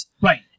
Right